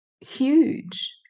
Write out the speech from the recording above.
huge